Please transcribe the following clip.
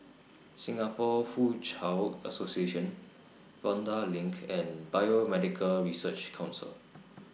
Singapore Foochow Association Vanda LINK and Biomedical Research Council